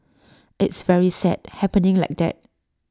it's very sad happening like that